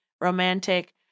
romantic